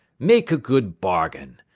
make a good bargain,